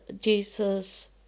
Jesus